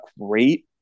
great